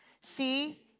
See